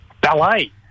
ballet